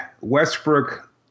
Westbrook